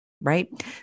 right